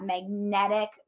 magnetic